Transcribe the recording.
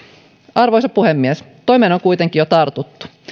arvoisa puhemies toimeen on kuitenkin jo tartuttu